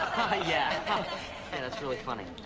yeah and that's really funny.